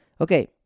Okay